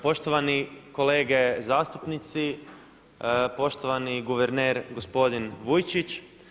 Poštovani kolege zastupnici, poštovani guverner gospodin Vujčić.